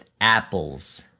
apples